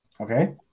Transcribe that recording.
Okay